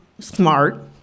smart